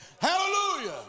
Hallelujah